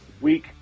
week